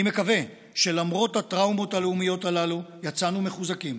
אני מקווה שלמרות הטראומות הלאומיות הללו יצאנו מחוזקים,